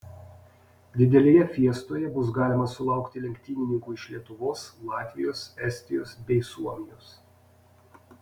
didelėje fiestoje bus galima sulaukti lenktynininkų iš lietuvos latvijos estijos bei suomijos